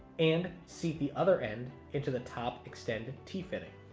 and seat the other end into the top extended t fitting.